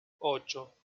ocho